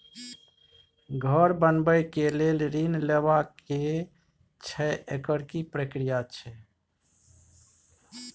घर बनबै के लेल ऋण लेबा के छै एकर की प्रक्रिया छै?